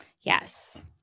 Yes